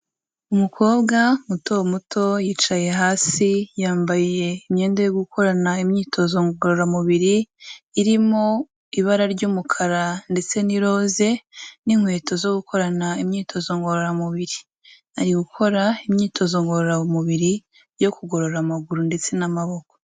Umukobwa muto muto yicaye hasi, yambaye imyenda yo gukorana imyitozo ngororamubiri, irimo ibara ry'umukara ndetse n'iroze n'inkweto zo gukorana imyitozo ngororamubiri. Ari gukora imyitozo ngororamubiri yo kugorora amaguru ndetse n'amaboko.